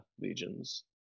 legions